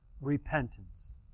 repentance